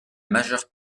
majeure